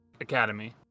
academy